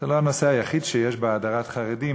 זה לא הנושא היחיד שיש בהדרת חרדים,